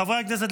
חברי הכנסת,